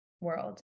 world